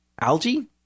Algae